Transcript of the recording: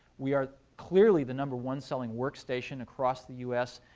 we are clearly the number one selling workstation across the us.